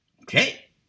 Okay